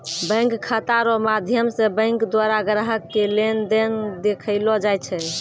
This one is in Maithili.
बैंक खाता रो माध्यम से बैंक द्वारा ग्राहक के लेन देन देखैलो जाय छै